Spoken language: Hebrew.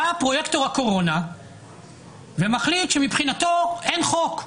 בא פרויקטור הקורונה ומחליט שמבחינתו אין חוק.